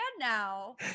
now